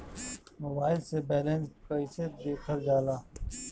Mobile से balance कइसे देखल जाला?